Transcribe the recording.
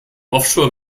offshore